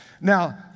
Now